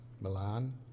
Milan